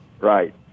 Right